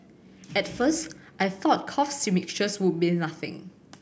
at first I thought cough mixture would be nothing